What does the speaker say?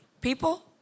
people